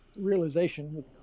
realization